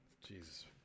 Jesus